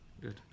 good